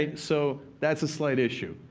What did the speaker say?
ah so that's a slight issue.